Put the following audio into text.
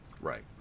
Right